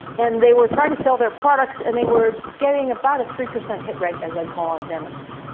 and they were trying to sell their products, and they were getting about a three percent hit rate as they call on dentists,